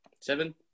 Seven